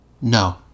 No